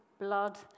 blood